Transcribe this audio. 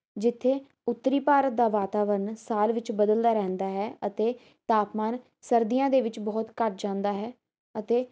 ਜਿੱਥੇ ਉੱਤਰੀ ਭਾਰਤ ਦਾ ਵਾਤਾਵਰਨ ਸਾਲ ਵਿੱਚ ਬਦਲਦਾ ਰਹਿੰਦਾ ਹੈ ਅਤੇ ਤਾਪਮਾਨ ਸਰਦੀਆਂ ਦੇ ਵਿੱਚ ਬਹੁਤ ਘੱਟ ਜਾਂਦਾ ਹੈ ਅਤੇ